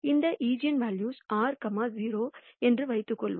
இந்த ஈஜென்வெல்யூக்கள் r 0 என்று வைத்துக் கொள்வோம்